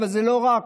אבל לא רק,